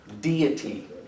deity